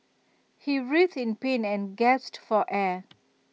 he writhed in pain and gasped for air